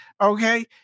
Okay